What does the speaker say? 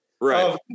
Right